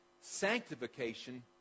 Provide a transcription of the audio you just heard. Sanctification